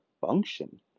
function